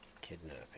kidnapping